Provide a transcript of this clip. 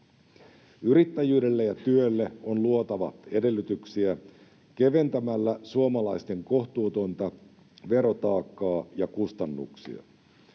Yrittäjyydelle ja työlle on luotava edellytyksiä keventämällä suomalaisten kohtuutonta verotaakkaa ja kustannuksia.